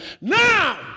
Now